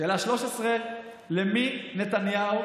שאלה 13: למי נתניהו,